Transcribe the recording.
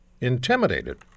intimidated